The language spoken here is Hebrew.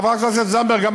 חברת הכנסת זנדברג,